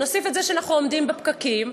נוסיף את זה שאנחנו עומדים בפקקים,